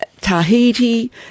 Tahiti